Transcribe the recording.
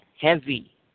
heavy